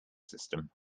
system